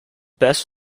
best